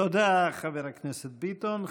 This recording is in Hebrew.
תודה, חבר הכנסת ביטון.